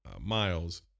Miles